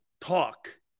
talk